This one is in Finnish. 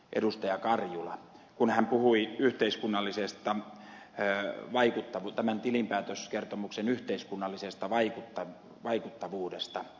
karjula kun hän puhui tämän tilinpäätöskertomuksen yhteiskunnallisesta vaikuttavuudesta